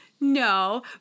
No